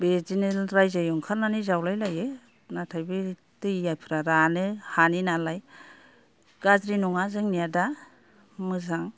बेदिनो रायजोयै ओंखारनानै जावलायलायो नाथाय बे दैफ्रा रानो हानि नालाय गाज्रि नङा जोंनिया दा मोजां